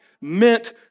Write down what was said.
meant